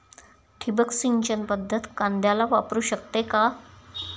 ठिबक सिंचन पद्धत कांद्याला वापरू शकते का?